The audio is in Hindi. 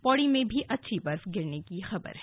पौड़ी में भी अच्छी बर्फ गिरने की खबर है